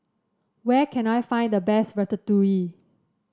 where can I find the best Ratatouille